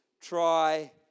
try